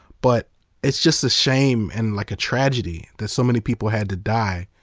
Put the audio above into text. but it's just a shame and like a tragedy that so many people had to die